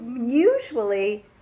Usually